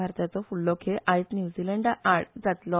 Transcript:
भारताचो फुडलो खेळ आयज न्यूझीलैंडा आड जातलो